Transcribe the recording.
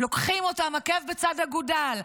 לוקחים אותם עקב בצד אגודל.